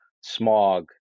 smog